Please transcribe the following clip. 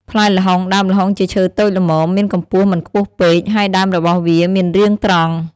ផ្លែល្ហុង ដើមល្ហុងជាឈើតូចល្មម មានកម្ពស់មិនខ្ពស់ពេក ហើយដើមរបស់វាមានរាងត្រង់។